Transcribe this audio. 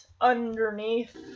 underneath